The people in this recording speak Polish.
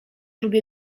lubię